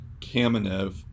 Kamenev